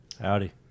howdy